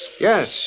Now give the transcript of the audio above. Yes